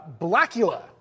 Blackula